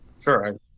Sure